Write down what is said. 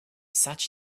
such